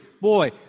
boy